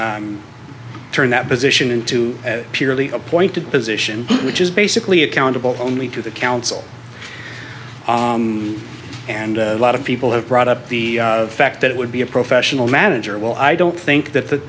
and turn that position into purely appointed position which is basically accountable only to the council and a lot of people have brought up the fact that it would be a professional manager well i don't think that the